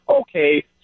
okay